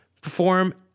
perform